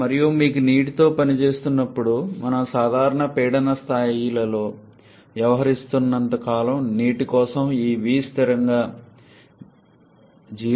మరియు మీకు నీటితో పని చేస్తున్నప్పుడు మనం సాధారణ పీడన స్థాయిలతో వ్యవహరిస్తున్నంత కాలం నీటి కోసం ఈ v స్థిరంగా 0